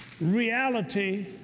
reality